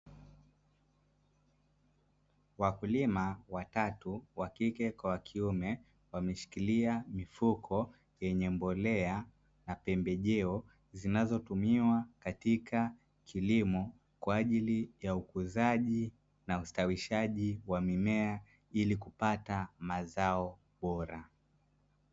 Wakulima watatu: wa kike kwa wa kiume wameshikilia mifuko yenye mbolea na pembejeo zinazotumiwa katika kilimo, kwa ajili ya ukuzaji na ustawishaji wa mimea ili kupata mazao bora.